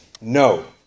no